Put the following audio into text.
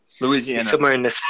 Louisiana